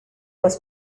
was